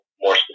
more